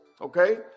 okay